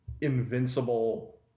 invincible